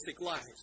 lives